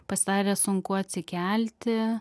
pasidarė sunku atsikelti